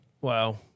Wow